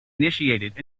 initiated